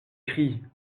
cris